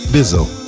Bizzle